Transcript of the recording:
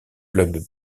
club